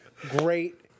great